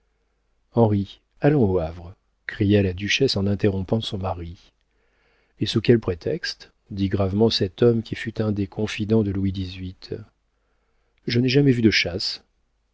allons au havre cria la duchesse en interrompant son mari et sous quel prétexte dit gravement cet homme qui fut un des confidents de louis xviii je n'ai jamais vu de chasse